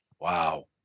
Wow